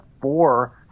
four